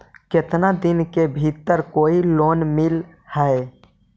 केतना दिन के भीतर कोइ लोन मिल हइ?